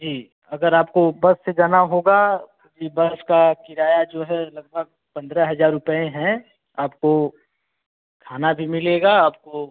जी अगर आपको बस से जाना होगा कि बस का किराया जो है लगभग पंद्रह हज़ार रुपये है आपको खाना भी मिलेगा आपको